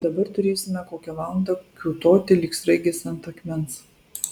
dabar turėsime kokią valandą kiūtoti lyg sraigės ant akmens